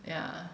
yeah